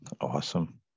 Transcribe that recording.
awesome